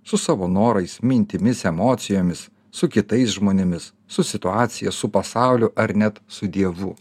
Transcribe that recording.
su savo norais mintimis emocijomis su kitais žmonėmis su situacija su pasauliu ar net su dievu